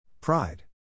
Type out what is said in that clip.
pride